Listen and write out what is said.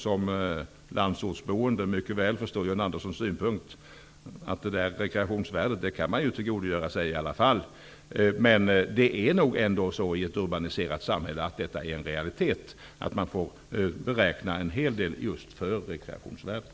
Som landsortsboende kan jag mycket väl förstå John Anderssons synpunkt att man kan tillgodogöra sig rekreationsvärdet i alla fall. Men i ett urbaniserat samhälle är det nog ändå realistiskt att beräkna en hel del för just rekreationsvärdet.